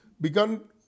begun